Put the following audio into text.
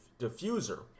diffuser